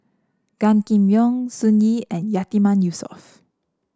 Gan Kim Yong Sun Yee and Yatiman Yusof